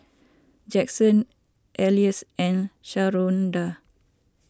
Jaxson Elise and Sharonda